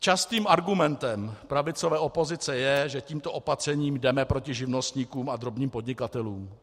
Častým argumentem pravicové opozice je, že tímto opatřením jdeme proti živnostníkům a drobným podnikatelům.